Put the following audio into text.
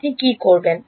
আপনি কি করবেন